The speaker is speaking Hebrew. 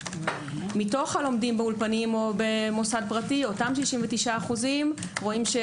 מתוך הלומדים באולפנים או במוסד פרטי אותם 69% - הרוב